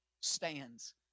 stands